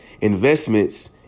Investments